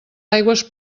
aigües